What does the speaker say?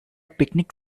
picnic